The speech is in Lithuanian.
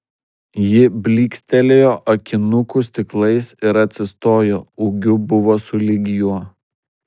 ji blykstelėjo akinukų stiklais ir atsistojo ūgiu buvo sulig juo